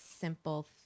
simple